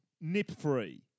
nip-free